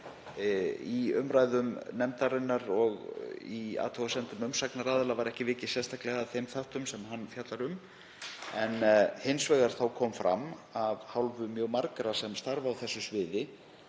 Í umræðum nefndarinnar og í athugasemdum umsagnaraðila var ekki vikið sérstaklega að þeim þáttum sem hann fjallar um. Hins vegar kom fram af hálfu mjög margra sem starfa á þessu sviði